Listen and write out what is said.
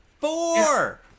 Four